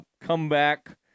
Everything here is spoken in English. comeback